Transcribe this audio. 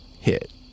hit